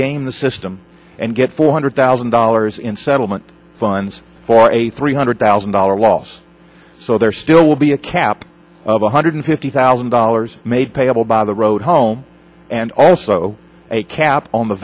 game the system and get four hundred thousand dollars in settlement funds for a three hundred thousand dollars loss so there still will be a cap of one hundred fifty thousand dollars made payable by the road home and also a cap on the